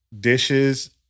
dishes